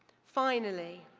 finally,